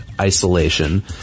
isolation